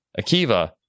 akiva